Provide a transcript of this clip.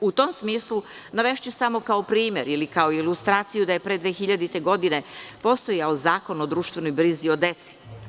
U tom smislu navešću samo kao primer ili kao ilustraciju da je pre 2000. godine postojao Zakon o društvenoj brizi o deci.